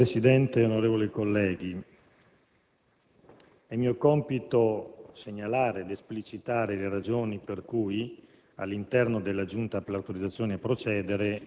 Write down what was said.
Signor Presidente, onorevoli colleghi, è mio compito segnalare ed esplicitare le ragioni per cui,